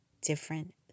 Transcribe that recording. Different